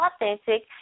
authentic